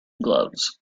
gloves